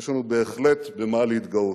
יש לנו בהחלט במה להתגאות.